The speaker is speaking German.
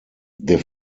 der